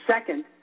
Second